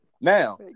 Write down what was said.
Now